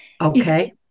Okay